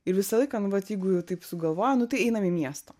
ir visą laiką nu vat jeigu jau taip sugalvoja nu tai einam į miestą